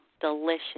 delicious